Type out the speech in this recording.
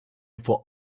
for